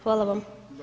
Hvala vam.